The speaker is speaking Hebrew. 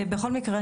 בכל מקרה,